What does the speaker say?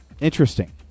Interesting